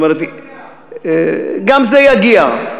גם זה יגיע.